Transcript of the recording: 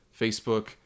Facebook